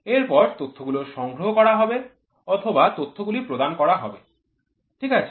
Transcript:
এরপর তথ্যগুলো সংগ্রহ করা হবে অথবা তথ্যগুলি প্রদান করা হবে ঠিক আছে